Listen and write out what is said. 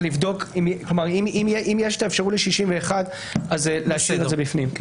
זה לבדוק האם יש את האפשרות ל-61 ואז להשאיר את זה בפנים.